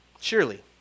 Surely